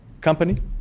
company